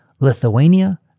Lithuania